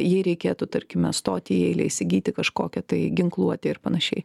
jei reikėtų tarkime stoti į eilę įsigyti kažkokią tai ginkluotę ir panašiai